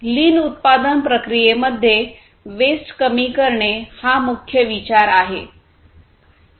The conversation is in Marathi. लीन उत्पादन प्रक्रियेमध्ये वेस्ट कमी करणे हा मुख्य विचार आहे